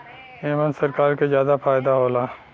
एमन सरकार के जादा फायदा होला